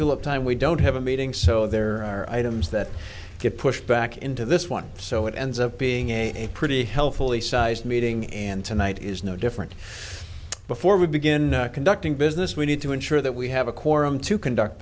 tulip time we don't have a meeting so there are items that get pushed back into this one so it ends up being a pretty healthy sized meeting and tonight is no different before we begin conducting business we need to ensure that we have a quorum to conduct